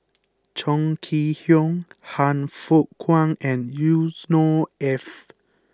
Chong Kee Hiong Han Fook Kwang and Yusnor Ef